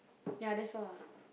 ya that's all ah